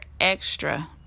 extra